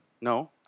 No